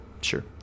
Sure